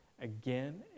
again